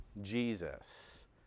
Jesus